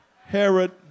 Herod